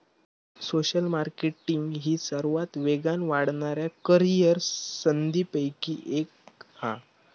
social marketing ही सर्वात वेगान वाढणाऱ्या करीअर संधींपैकी एक हा